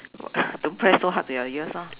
don't press so hard to your ears lor